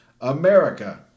America